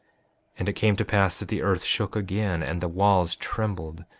and it came to pass that the earth shook again, and the walls trembled.